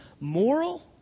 moral